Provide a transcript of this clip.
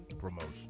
promotion